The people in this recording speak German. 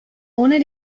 ohne